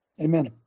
Amen